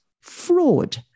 fraud